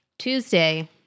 Tuesday